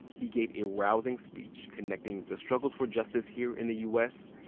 he gave a rousing speech connecting the struggles for justice here in the u s.